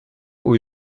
aux